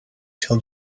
till